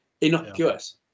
innocuous